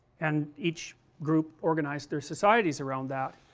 and each group organized their societies around that,